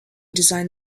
designed